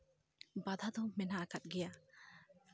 ᱵᱟᱫᱷᱟ ᱫᱚ ᱢᱮᱱᱟᱜ ᱟᱠᱟᱫ ᱜᱮᱭᱟ